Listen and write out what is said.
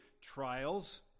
trials